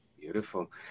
Beautiful